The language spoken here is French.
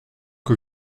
que